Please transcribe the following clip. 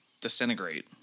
disintegrate